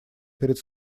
перед